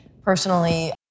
personally